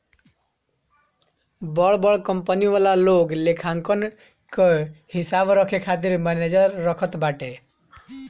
बड़ बड़ कंपनी वाला लोग लेखांकन कअ हिसाब रखे खातिर मनेजर रखत बाटे